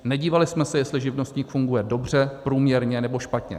Nedívali jsme se, jestli živnostník funguje dobře, průměrně, nebo špatně.